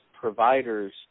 providers